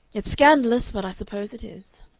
it's scandalous, but suppose it is.